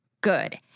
good